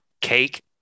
cake